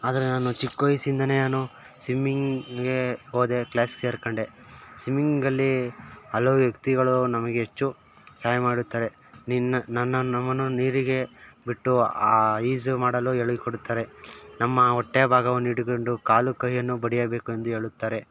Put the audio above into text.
ಆದರೆ ನಾನು ಚಿಕ್ಕ ವಯಸ್ಸಿಂದಲೇ ನಾನು ಸ್ವಿಮಿಂಗಿಗೆ ಹೋದೆ ಕ್ಲಾಸಿಗೆ ಸೇರಿಕೊಂಡೆ ಸ್ವಿಮ್ಮಿಂಗ್ ಅಲ್ಲಿ ಹಲವು ವ್ಯಕ್ತಿಗಳು ನಮಗೆ ಹೆಚ್ಚು ಸಹಾಯ ಮಾಡುತ್ತಾರೆ ನೀನ್ ನನ್ನ ನಮ್ಮನ್ನು ನೀರಿಗೆ ಬಿಟ್ಟು ಆ ಈಜು ಮಾಡಲು ಹೇಳಿ ಕೊಡ್ತಾರೆ ನಮ್ಮ ಹೊಟ್ಟೆಯ ಭಾಗವನ್ನು ಹಿಡಿದುಕೊಂಡು ಕಾಲು ಕೈಯನ್ನು ಬಡಿಯಬೇಕೆಂದು ಹೇಳುತ್ತಾರೆ